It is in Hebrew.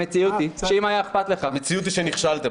אבל המציאות היא שאם היה אכפת לך --- המציאות היא שנכשלתם.